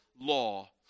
law